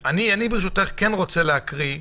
ברשותך, אני רוצה להקריא,